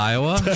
Iowa